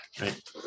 right